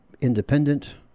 independent